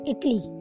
Italy